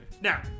Now